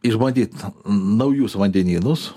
išbandyt naujus vandenynus